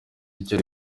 icyo